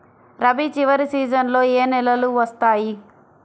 రబీ చివరి సీజన్లో ఏ నెలలు వస్తాయి?